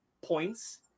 points